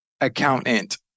Accountant